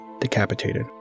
decapitated